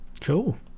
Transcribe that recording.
Cool